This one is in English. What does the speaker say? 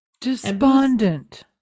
despondent